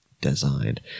Designed